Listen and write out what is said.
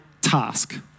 task